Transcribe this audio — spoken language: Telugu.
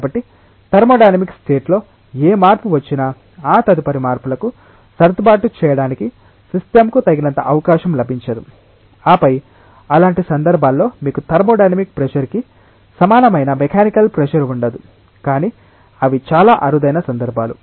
కాబట్టి థర్మోడైనమిక్ స్టేట్ లో ఏ మార్పు వచ్చినా ఆ తదుపరి మార్పులకు సర్దుబాటు చేయడానికి సిస్టంకు తగినంత అవకాశం లభించదు ఆపై అలాంటి సందర్భాల్లో మీకు థర్మోడైనమిక్ ప్రెషర్ కి సమానమైన మెకానికల్ ప్రెషర్ ఉండదు కానీ అవి చాలా అరుదైన సందర్భాలు